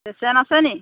patient আছে নেকি